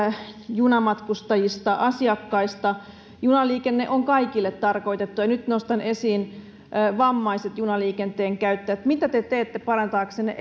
junamatkustajista asiakkaista junaliikenne on kaikille tarkoitettua ja nyt nostan esiin vammaiset junaliikenteen käyttäjät mitä te teette parantaaksenne